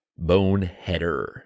Boneheader